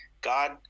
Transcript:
god